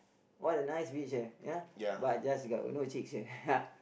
what a nice beach eh ya but just got no chicks here